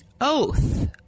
Oath